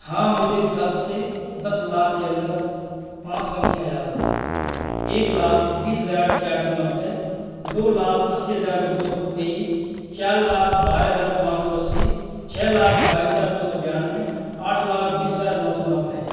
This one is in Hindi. हाँ मुझे दस से दस लाख के अन्दर पाँच संख्या याद है एक लाख बीस हजार चार सौ नब्बे दो लाख अस्सी हजार दो सौ तेईस चार लाख बारह हजार पाँच सौ अस्सी छः लाख बाईस हजार दो सौ बानवे आठ लाख बीस हजार नौ सौ नब्बे